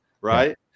right